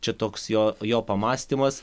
čia toks jo jo pamąstymas